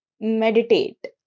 meditate